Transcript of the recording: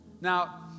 Now